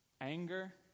Anger